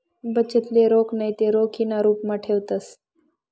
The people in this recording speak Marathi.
बचतले रोख नैते रोखीना रुपमा ठेवतंस